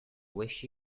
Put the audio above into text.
wish